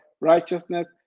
righteousness